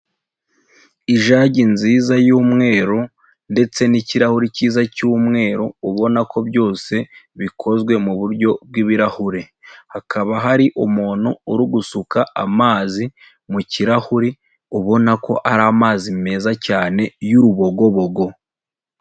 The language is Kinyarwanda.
Ijagi nziza y'umweru, ndetse nikirahuri cyiza cy'umweru, ubona ko byose bikozwe muburyo bwi'ibirahure, hakaba hari umuntu uri gusuka amazi mu kirahuri ubona ko ari amazi meza cyane y'urubogobogo.